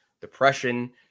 depression